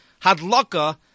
Hadlaka